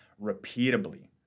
repeatably